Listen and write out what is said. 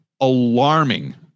alarming